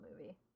movie